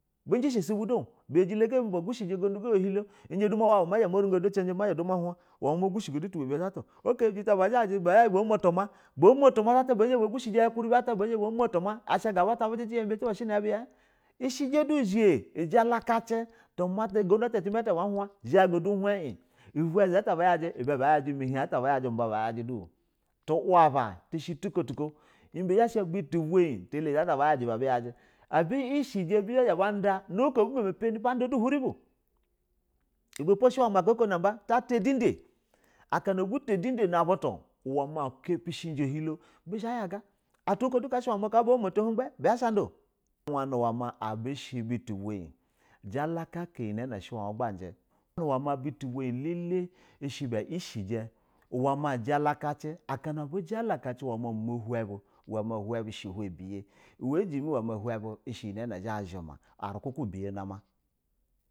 Biyish usubu do buyajilo ga mi ba gushiji ugudu ga ya a hin hito izha du ma wabu izhɛ ma gushɛ go do tu wabiye ta to jita ba zhaji bamo tuma ba motuma tata ba gushɛ ji da ya ukiribi aba bizha bagushɛ jia ya ukuribi ata bamo tunu asha ga bu tuba bijijiya ibɛ tuba she ya ina bu ɛshɛja do zha jala kaci. Tuma ta at aba ma zhaga du hun in, uba zi ata bayaji ibɛ bayaji mahin at ba yayaji mu ba bayaji do tu waba tushe tu kotu ko ibe zhaya sha butu buyi talayi ta at aba yaji tub a ba yaji abu ishɛji bazha du ba da noko ba da du uhuri bu, ibe po ina ike b aba ba ta diela a akana abuto idida na butu ma kapishiji a hilo bizha yaga atwa oko du ka unaba bato ughe bizha shiɛ a ado uwɛ ma abu she butu bayi jalakaka iyi na ma jin butu byi ba elele she ba ɛshija uwe ma jalakaki akana abu jalaka kin umo henbu uwe ma uhin bu shɛ uhe ubiye a jimi ma uhen bu shin iyina zha ya zhu ma a rukuku ubiya nam.